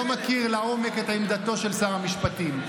לא מכיר לעומק את עמדתו של שר המשפטים.